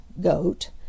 goat